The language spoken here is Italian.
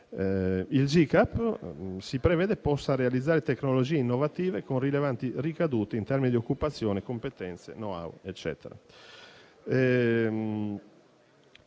Il GCAP si prevede possa realizzare tecnologie innovative con rilevanti ricadute in termini di occupazione, competenze e *knowhow*.